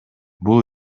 бул